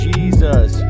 Jesus